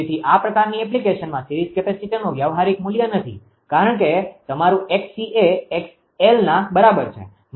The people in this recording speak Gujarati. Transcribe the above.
તેથી આ પ્રકારની એપ્લિકેશનમાં સીરીઝ કેપેસિટરનું વ્યવહારીક મૂલ્ય નથી કારણ કે તમારું 𝑥𝑐 એ 𝑥𝑙ના બરાબર છે